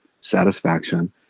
satisfaction